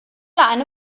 eine